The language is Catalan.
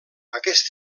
aquest